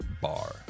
bar